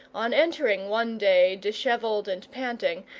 on entering one day dishevelled and panting,